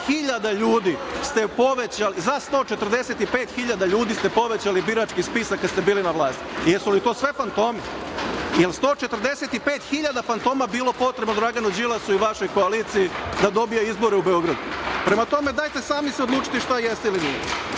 za 145 hiljada ljudi ste povećali birački spisak kad ste bili na vlasti. Jesu li to sve fantomi? Jel 145 hiljada fantoma bilo potrebno Draganu Đilasu i vašoj koaliciji da dobije izbore u Beogradu? Prema tome, dajte sami se odlučite šta jeste ili nije.I